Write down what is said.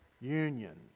union